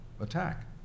attack